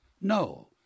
No